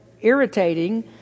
irritating